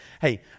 hey